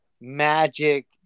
magic